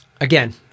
again